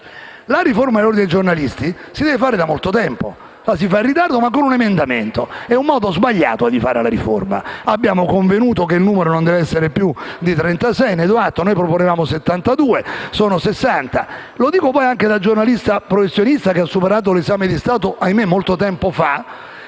La riforma dell'Ordine dei giornalisti la si deve fare da molto tempo. Ora la si fa in ritardo e con un emendamento; questo è un modo sbagliato di farla. Abbiamo convenuto che il numero non deve essere più di 36, ne do atto. Noi proponevamo 72, ora sono 60. Lo dico poi anche da giornalista professionista, che ha superato l'esame di Stato ahimè molto tempo fa.